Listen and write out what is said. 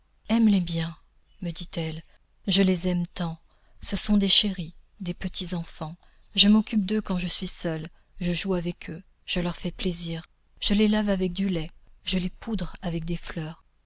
aime les bien me dit-elle je les aime tant ce sont des chéris des petits enfants je m'occupe d'eux quand je suis seule je joue avec eux je leur fais plaisir je les lave avec du lait je les poudre avec des fleurs